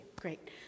Great